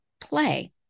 play